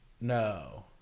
No